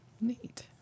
Neat